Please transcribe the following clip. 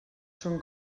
són